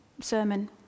sermon